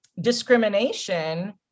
discrimination